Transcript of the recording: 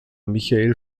michael